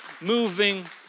moving